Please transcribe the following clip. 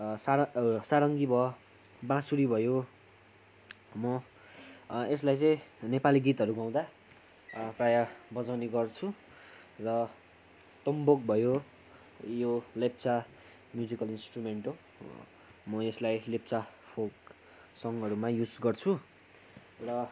सार सारङ्गी भयो बाँसुरी भयो म यसलाई चाहिँ नेपाली गीतहरू गाउँदा प्रायः बजाउने गर्छु र तुम्बुक भयो यो लेप्चा म्युजिकल इन्सट्रुमेन्ट हो म यसलाई लेप्चा फोक सङ्हरूमा युज गर्छु र